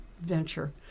venture